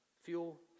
Fuel